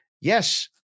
yes